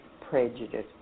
prejudice